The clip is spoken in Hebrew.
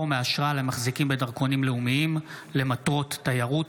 מאשרה למחזיקים בדרכונים לאומיים למטרות תיירות.